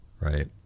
right